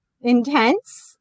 intense